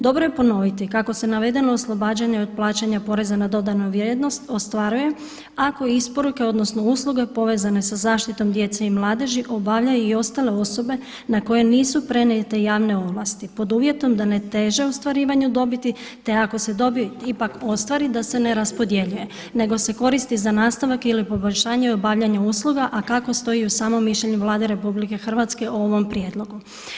Dobro je ponoviti kako se navedena oslobađanja od plaćanja poreza na dodanu vrijednost ostvaruje ako isporuke odnosno usluge povezane sa zaštitom djece i mladeži obavljaju i ostale osobe na koje nisu prenijete javne ovlasti pod uvjetom da ne teže ostvarivanju dobiti, te ako se dobit ipak ostvari da se ne raspodjeljuje nego se koristi za nastavak ili poboljšanje obavljanja usluga, a kako stoji u samom mišljenju Vlade RH o ovom prijedlogu.